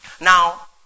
Now